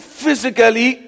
physically